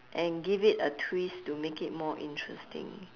and give it a twist to make it more interesting